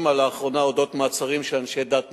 שהיו לאחרונה על מעצרים של אנשי דת מוסלמים.